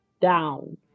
down